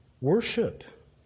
worship